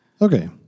Okay